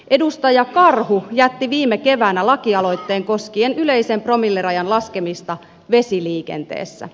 edustaja karhu jätti viime keväänä lakialoitteen koskien yleisen promillerajan laskemista vesiliikenteessä